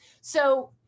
So-